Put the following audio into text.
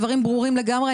הדברים ברורים לגמרי.